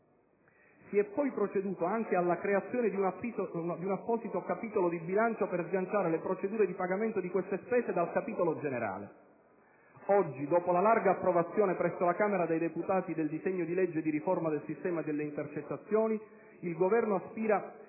Si è poi proceduto anche alla creazione di un apposito capitolo di bilancio per sganciare le procedure di pagamento di queste spese dal capitolo generale. Oggi, dopo la larga approvazione presso la Camera dei deputati del disegno di legge di riforma del sistema delle intercettazioni, il Governo aspira